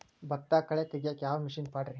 ಭತ್ತದಾಗ ಕಳೆ ತೆಗಿಯಾಕ ಯಾವ ಮಿಷನ್ ಪಾಡ್ರೇ?